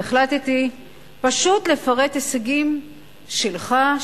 והחלטתי פשוט לפרט הישגים שלך,